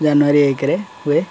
ଜାନୁଆରୀ ଏକରେ ହୁଏ